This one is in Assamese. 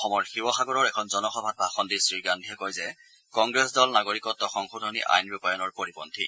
অসমৰ শিৱসাগৰৰ এখন জনসভাত ভাষণ দি শ্ৰীগাল্পীয়ে কয় যে কংগ্ৰেছ দল নাগৰিকত্ব সংশোধনী আইন ৰূপাণয়ৰ পৰিপন্থী